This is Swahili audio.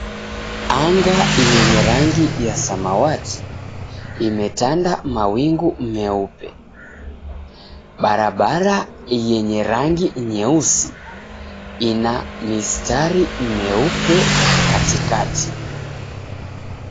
Anga yenye rangi ya samawati, imetanda mawingu meupe. Barabara yenye rangi nyeusi, ina mistari meupe katikati.